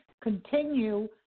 continue